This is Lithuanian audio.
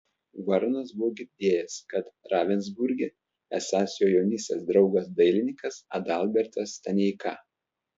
varnas buvo girdėjęs kad ravensburge esąs jo jaunystės draugas dailininkas adalbertas staneika